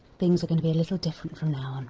things are going to be a little different from now on.